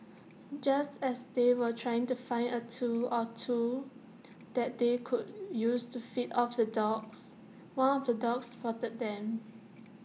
just as they were trying to find A tool or two that they could use to fend off the dogs one of the dogs spotted them